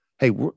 Hey